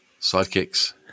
sidekicks